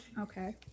Okay